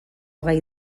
gai